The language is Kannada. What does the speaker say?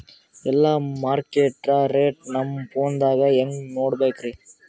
ಎಲ್ಲಾ ಮಾರ್ಕಿಟ ರೇಟ್ ನಮ್ ಫೋನದಾಗ ಹೆಂಗ ನೋಡಕೋಬೇಕ್ರಿ?